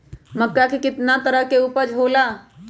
मक्का के कितना तरह के उपज हो ला?